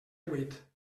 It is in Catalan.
buit